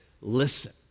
listen